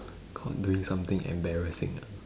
caught doing something embarrassing ah